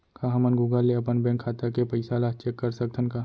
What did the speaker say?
का हमन गूगल ले अपन बैंक खाता के पइसा ला चेक कर सकथन का?